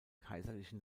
kaiserlichen